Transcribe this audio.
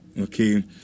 Okay